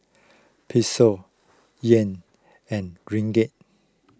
Peso Yuan and Ringgit